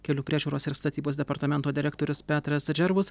kelių priežiūros ir statybos departamento direktorius petras džervus